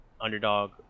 underdog